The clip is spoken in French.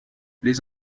les